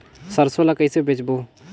सरसो ला कइसे बेचबो?